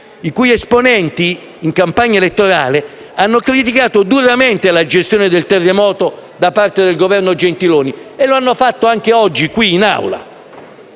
i cui esponenti, in campagna elettorale, hanno criticato duramente la gestione del terremoto da parte del Governo Gentiloni Silveri e lo hanno fatto anche oggi, qui in Aula.